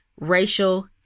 racial